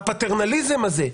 הפטרנליזם הזה,